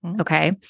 okay